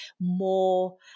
more